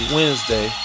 Wednesday